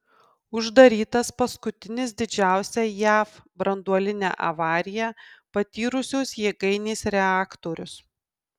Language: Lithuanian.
uždarytas paskutinis didžiausią jav branduolinę avariją patyrusios jėgainės reaktorius